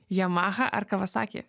yamaha ar kawasaki